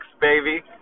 baby